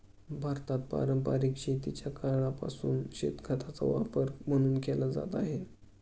भारतात पारंपरिक शेतीच्या काळापासून शेणखताचा वापर खत म्हणून केला जात आहे